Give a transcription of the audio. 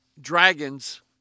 dragons